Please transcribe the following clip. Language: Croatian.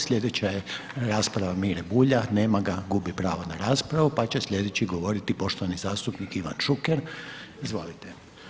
Slijedeća je rasprava Mire Bulja, nema ga, gubi pravo na raspravu, pa će slijedeći govoriti poštovani zastupnik Ivan Šuker, izvolite.